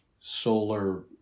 solar